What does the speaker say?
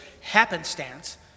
happenstance